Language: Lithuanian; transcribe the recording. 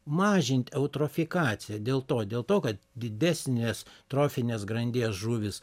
mažint eutrofikaciją dėl to dėl to kad didesnės trofinės grandies žuvys